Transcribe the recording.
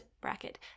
bracket